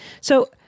So-